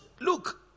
Look